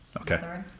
Okay